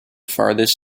farthest